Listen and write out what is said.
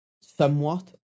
somewhat